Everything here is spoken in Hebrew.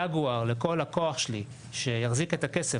יגואר לכל לקוח שלי שיחזיק את הכסף